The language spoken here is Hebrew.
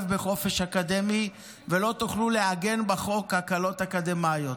בחופש אקדמי ולא תוכלו לעגן בחוק הקלות אקדמיות.